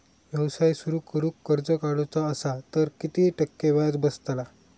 व्यवसाय सुरु करूक कर्ज काढूचा असा तर किती टक्के व्याज बसतला?